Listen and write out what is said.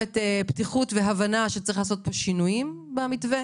פתיחות והבנה שצריך לעשות שינויים במתווה,